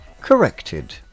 Corrected